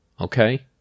Okay